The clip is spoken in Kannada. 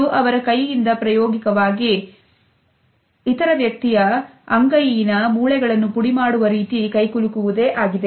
ಇದು ಅವರ ಕೈಯಿಂದ ಪ್ರಾಯೋಗಿಕವಾಗಿ ಇತರ ವ್ಯಕ್ತಿಯ ಅಂಗೈಯ ನ ಮೂಳೆಗಳನ್ನು ಪುಡಿ ಮಾಡುವ ರೀತಿ ಕೈ ಕುಲುಕುವುದೇ ಆಗಿದೆ